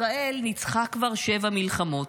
"ישראל ניצחה כבר שבע מלחמות,